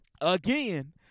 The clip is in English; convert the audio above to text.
Again